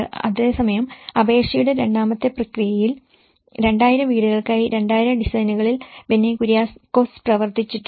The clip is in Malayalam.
അതേസമയം അപേക്ഷയുടെ രണ്ടാമത്തെ പ്രക്രിയയിൽ 2000 വീടുകൾക്കായി 2000 ഡിസൈനുകളിൽ ബെന്നി കുര്യാക്കോസ് പ്രവർത്തിച്ചിട്ടുണ്ട്